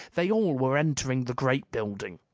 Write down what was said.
they all were entering the great building.